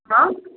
हां